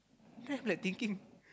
then I'm like thinking